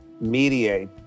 mediate